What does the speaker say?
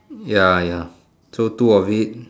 ya ya so two of it